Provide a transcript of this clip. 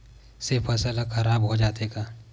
से फसल ह खराब हो जाथे का?